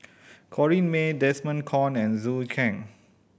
Corrinne May Desmond Kon and Zhou Can